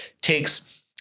takes